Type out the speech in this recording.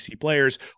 players